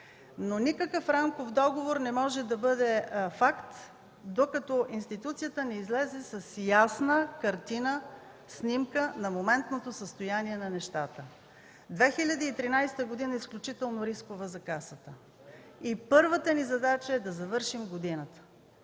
Но никакъв рамков договор не може да бъде факт, докато институцията не излезе с ясна картина, снимка на моментното състояние на нещата. Две хиляди и тринадесета година е изключително рискова за Касата и първата ни задача е да завършим годината.